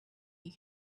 you